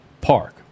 Park